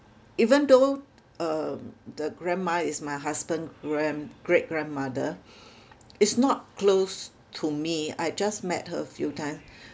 even though um the grandma is my husband grand~ great grandmother is not close to me I just met her few time